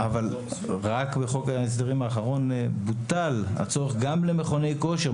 אבל רק בחוק ההסדרים האחרון בוטל הצורך גם למכוני כושר,